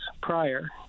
prior